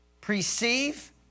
perceive